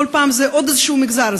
כל פעם זה עוד איזשהו מגזר,